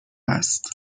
است